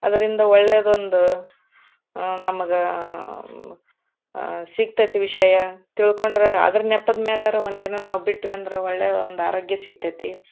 ಅದರಿಂದ ಒಳ್ಳೇದು ಒಂದು ನಮಗೆ ಸಿಕ್ತೈತಿ ವಿಷಯ ತಿಳ್ಕೊಂಡರೆ ಅದರ ನೆಪದ ಮೇಲಾರೂ ಒಂದು ದಿನ ನಾವು ಬಿಟ್ವಿ ಅಂದ್ರೆ ಒಳ್ಳೆಯ ಒಂದು ಆರೋಗ್ಯ ಸಿಕ್ತೈತಿ